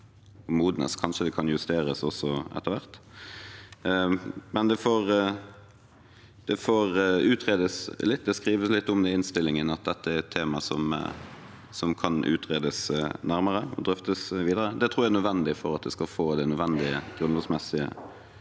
kanskje det kan justeres også etter hvert. Men det må utredes litt. Det skrives litt i innstillingen om at dette er et tema som kan utredes nærmere og drøftes videre. Det tror jeg er nødvendig for at det skal få det nødvendige grunnlovsmessige flertallet.